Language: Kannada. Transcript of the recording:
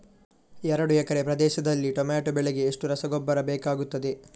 ಎರಡು ಎಕರೆ ಪ್ರದೇಶದಲ್ಲಿ ಟೊಮ್ಯಾಟೊ ಬೆಳೆಗೆ ಎಷ್ಟು ರಸಗೊಬ್ಬರ ಬೇಕಾಗುತ್ತದೆ?